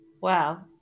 Wow